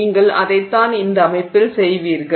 நீங்கள் அதைத்தான் இந்த அமைப்பில் செய்வீர்கள்